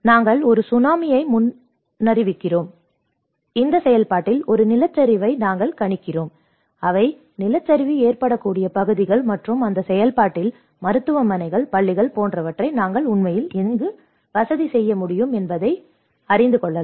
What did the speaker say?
நாங்கள் ஒரு சுனாமியை முன்னறிவிக்கிறோம் இந்த செயல்பாட்டில் ஒரு நிலச்சரிவை நாங்கள் கணிக்கிறோம் அவை நிலச்சரிவு ஏற்படக்கூடிய பகுதிகள் மற்றும் அந்த செயல்பாட்டில் மருத்துவமனைகள் பள்ளிகள் போன்றவற்றை நாங்கள் உண்மையில் எங்கு வசதி செய்ய முடியும் என்பதை நீங்கள் அறிந்து கொள்ளலாம்